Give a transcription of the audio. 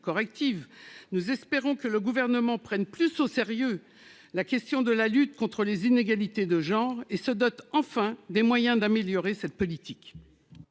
le voeu que le Gouvernement prenne plus au sérieux la question de la lutte contre les inégalités de genre et se dote des moyens d'améliorer sa politique